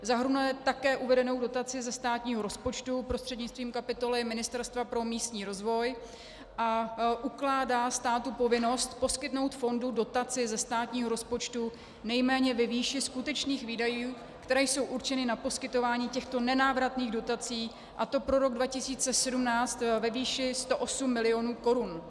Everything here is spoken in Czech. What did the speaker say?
Zahrnuje také uvedenou dotaci ze státního rozpočtu prostřednictvím kapitoly Ministerstva pro místní rozvoj a ukládá státu povinnost poskytnout fondu dotaci ze státního rozpočtu nejméně ve výši skutečných výdajů, které jsou určeny na poskytování těchto nenávratných dotací, a to pro rok 2017 ve výši 108 mil. korun.